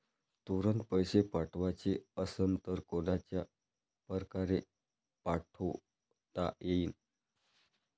तुरंत पैसे पाठवाचे असन तर कोनच्या परकारे पाठोता येईन?